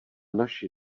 naši